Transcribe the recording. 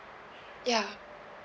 ya